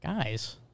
Guys